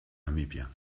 namibia